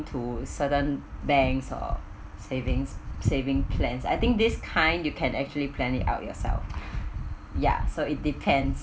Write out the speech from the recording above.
to certain banks or savings saving plans I think this kind you can actually plan it out yourself ya so it depends